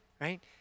right